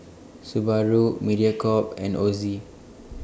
Subaru Mediacorp and Ozi